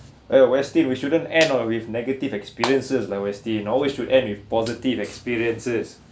eh westin we shouldn't end uh with negative experiences lah westin always should end with positive experiences